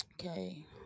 okay